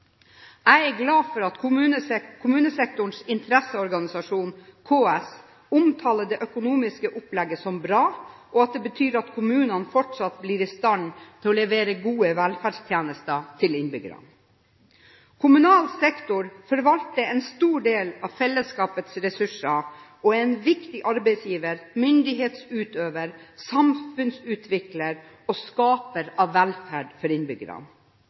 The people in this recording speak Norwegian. Jeg er glad for at kommunesektorens interesseorganisasjon, KS, omtaler det økonomiske opplegget som bra, og at det betyr at kommunene fortsatt blir i stand til å levere gode velferdstjenester til innbyggerne. Kommunal sektor forvalter en stor del av fellesskapets ressurser og er en viktig arbeidsgiver, myndighetsutøver, samfunnsutvikler og skaper av velferd for innbyggerne.